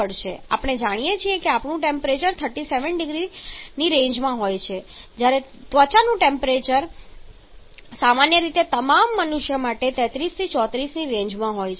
આપણે જાણીએ છીએ કે આપણું મુખ્ય ટેમ્પરેચર 37 0C ની રેન્જમાં છે જ્યારે ત્વચાનું ટેમ્પરેચર સામાન્ય રીતે લગભગ તમામ મનુષ્યો માટે 33 થી 34 0C ની રેન્જમાં હોય છે